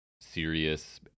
serious